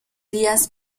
días